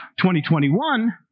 2021